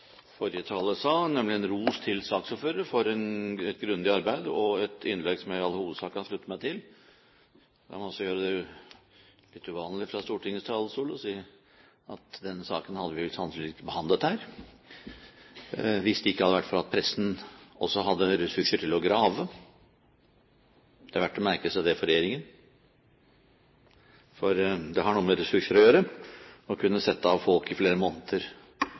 til. La meg også gjøre det litt uvanlige fra Stortingets talerstol og si at denne saken hadde vi sannsynligvis ikke behandlet her hvis det ikke hadde vært for at pressen hadde ressurser til å grave. Det er verdt å merke seg det for regjeringen, for det har noe med ressurser å gjøre, det å kunne sette av folk i flere måneder